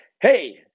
Hey